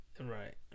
Right